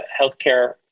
healthcare